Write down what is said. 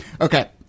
Okay